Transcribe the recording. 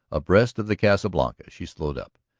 abreast of the casa blanca she slowed up,